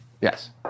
Yes